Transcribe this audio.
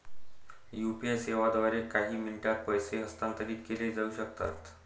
UPI सेवांद्वारे काही मिनिटांत पैसे हस्तांतरित केले जाऊ शकतात